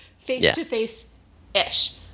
face-to-face-ish